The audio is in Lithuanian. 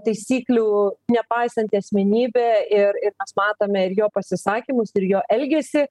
taisyklių nepaisanti asmenybė ir ir mes matome ir jo pasisakymus ir jo elgesį